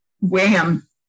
Wham